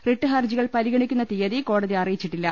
writ ഹർജികൾ പരിഗണിക്കുന്ന തീയതി കോടതി അറിയിച്ചിട്ടില്ല